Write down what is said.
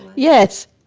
yes.